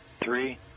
three